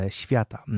świata